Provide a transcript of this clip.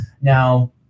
Now